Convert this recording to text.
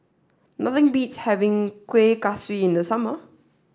nothing beats having Kuih Kaswi in the summer